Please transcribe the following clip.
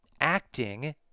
acting